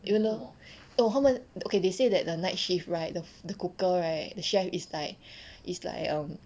even though no 他们 okay they say that the night shift right the the cooker right the chef is like is like um